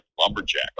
lumberjack